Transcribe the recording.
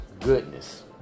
Goodness